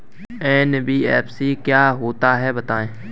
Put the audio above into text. NBFC क्या होता है बताएँ?